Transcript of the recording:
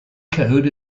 code